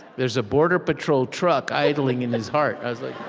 there's a border patrol truck idling in his heart.